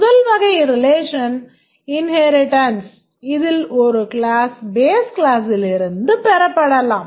முதல் வகை relation inheritance இதில் ஒரு கிளாஸ் base class லிருந்து பெறப்படலாம்